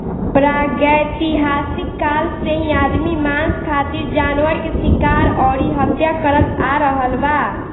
प्रागैतिहासिक काल से ही आदमी मांस खातिर जानवर के शिकार अउरी हत्या करत आ रहल बा